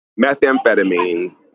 methamphetamine